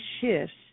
shifts